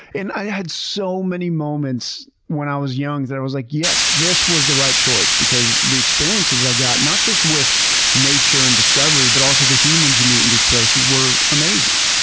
and i had so many moments when i was young that i was like, yes, this was the right choice, because the experiences i got, not just with nature and discovery, but also the humans you meet in these places were amazing.